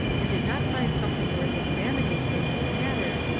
and did not find something worth examining in this matter,